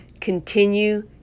continue